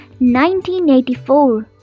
1984